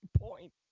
point